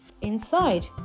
inside